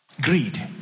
Greed